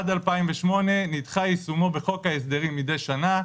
עד 2008 נדחה יישומו בחוק ההסדרים מדי שנה.